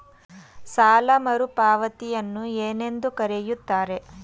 ಸಾಲ ಮರುಪಾವತಿಯನ್ನು ಏನೆಂದು ಕರೆಯುತ್ತಾರೆ?